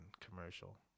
commercial